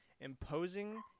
imposing